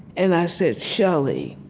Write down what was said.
and i said, shelley,